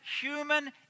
human